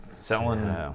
selling